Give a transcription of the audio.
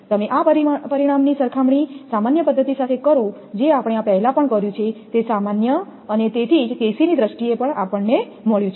તમે આ પરિણામની સરખામણી સામાન્ય પદ્ધતિ સાથે કરો જે આપણે આ પહેલા પણ કર્યું છે તે સામાન્ય છે અને તેથી જ KC ની દ્રષ્ટિએ આપણને મળ્યું છે